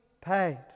paid